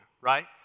right